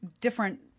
different